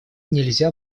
нельзя